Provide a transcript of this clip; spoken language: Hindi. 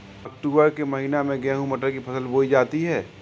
अक्टूबर के महीना में गेहूँ मटर की फसल बोई जाती है